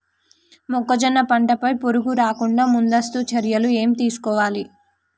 మొక్కజొన్న పంట పై పురుగు రాకుండా ముందస్తు చర్యలు ఏం తీసుకోవాలి?